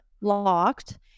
locked